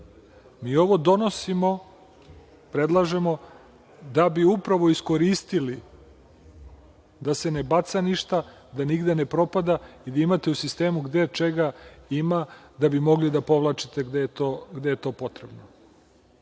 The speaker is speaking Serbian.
ovo donosimo, predlažemo, da bi upravo iskoristili da se ne baca ništa, da nigde ne propada i da imate u sistemu gde čega ima, da bi mogli da povlačite gde je potrebno.